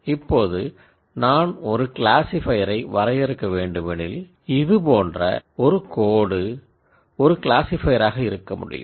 இப்போது நான் ஒரு க்ளாசிஃபையரை வரையறுக்கவேண்டுமெனில் இது போன்ற ஒரு கோடு ஒரு க்ளாசிஃபையர் ஆக இருக்கமுடியும்